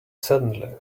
suddenly